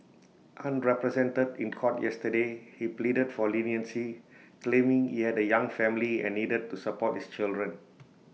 unrepresented in court yesterday he pleaded for leniency claiming he had A young family and needed to support his children